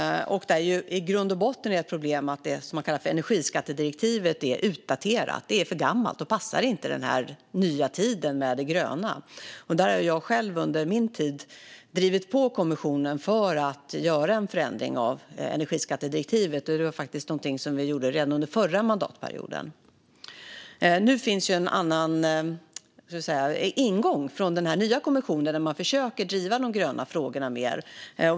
Det är i grund och botten ett problem att det som man kallar för energiskattedirektivet är daterat. Det är för gammalt och passar inte den nya tiden med det gröna. Jag har själv under min tid drivit på för att kommissionen ska göra en förändring av energiskattedirektivet. Det var faktiskt något som vi gjorde redan under den förra mandatperioden. Det finns en annan ingång hos den nya kommissionen. Man försöker driva de gröna frågorna mer.